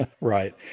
right